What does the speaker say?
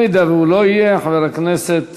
אם הוא לא יהיה, חבר הכנסת